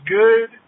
good